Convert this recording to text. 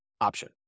option